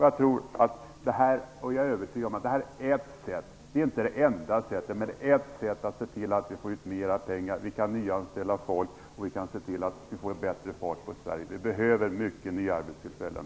Jag är övertygad om att detta ett sätt - men inte det enda - att se till att vi får ut mera pengar, att vi kan nyanställa folk och få bättre fart på Sverige. Vi behöver många nya arbetstillfällen.